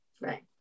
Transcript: Right